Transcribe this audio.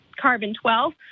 carbon-12